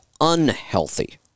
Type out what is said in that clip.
unhealthy